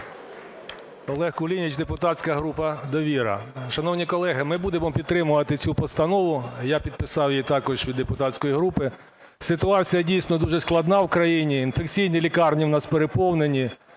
Олег Кулініч, депутатська група "Довіра". Шановні колеги, ми будемо підтримувати цю постанову, я підписав її також від депутатської групи. Ситуація, дійсно, дуже складна в країні. Інфекційні лікарні в нас переповнені,